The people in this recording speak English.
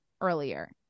earlier